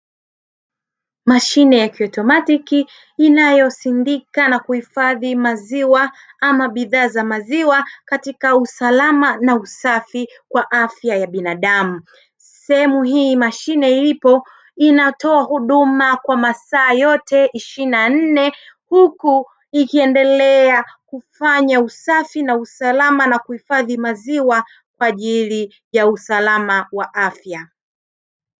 Mashine ya kiautomatiki inayosindika na kuhifadhi maziwa ama bidhaa za maziwa katika usalama na usafi kwa afya ya binadamu. Sehemu hii mashine ilipo inatoa huduma kwa masaa yote ishirini na nne, huku ikiendelea kufanya usafi na usalama na kuhifadhi maziwa kwa ajili ya usalama wa afya.